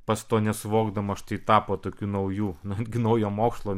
pats to nesuvokdamas štai tapo tokiu naujų netgi naujo mokslo